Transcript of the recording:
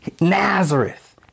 Nazareth